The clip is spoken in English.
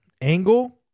angle